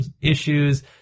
issues